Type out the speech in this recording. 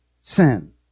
sin